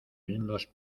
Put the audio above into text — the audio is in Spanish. lindos